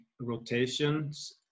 rotations